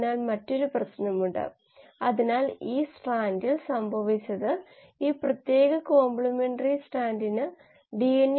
അതിനാൽ ഇത്തരത്തിലുള്ള ഒരു കണക്കുകൾ നടത്തുന്നതിലൂടെ അളക്കാനാകുന്ന എക്സ്ട്രാസെല്ലുലാർ നിരക്കുകളെ അടിസ്ഥാനമാക്കി നമുക്ക് നേരിട്ട് ഇൻട്രാസെല്ലുലാർ നിരക്ക് ലഭിക്കും അത് വിലയേറിയതാണ്